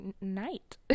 night